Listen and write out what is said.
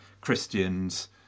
Christians